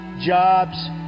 jobs